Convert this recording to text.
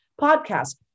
podcast